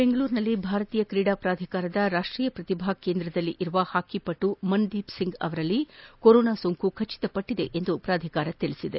ಬೆಂಗಳೂರಿನಲ್ಲಿನ ಭಾರತೀಯ ಕ್ರೀಡಾ ಪ್ರಾಧಿಕಾರದ ರಾಷ್ವೀಯ ಪ್ರತಿಭಾ ಕೇಂದ್ರದಲ್ಲಿರುವ ಹಾಕಿ ಪಟು ಮನ್ದೀಪ್ ಒಂಗ್ ಅವರಲ್ಲಿ ಕೊರೊನಾ ಸೋಂಕು ದೃಢಪಟ್ಟದೆ ಎಂದು ಪ್ರಾಧಿಕಾರ ತಿಳಿಸಿದೆ